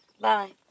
Bye